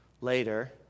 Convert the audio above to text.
later